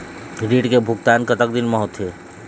ऋण के भुगतान कतक दिन म होथे?